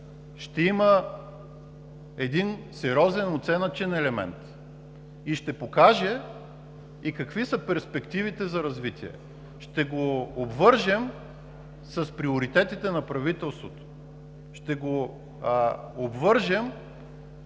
ще има сериозен оценъчен елемент и ще покаже какви са перспективите за развитие, ще го обвържем с приоритетите на правителството, ще го обвържем